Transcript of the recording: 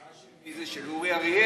הצעה של מי זה, הצעה של אורי אריאל?